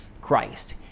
Christ